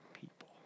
people